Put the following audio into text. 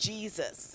Jesus